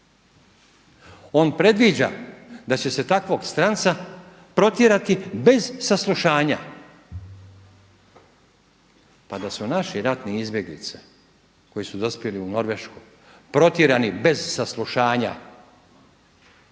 On predviđa da će se takvog stranca protjerati bez saslušanja, pa da su naši ratni izbjeglice koji su dospjeli u Norvešku protjerani bez saslušanja mi bi